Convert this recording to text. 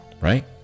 right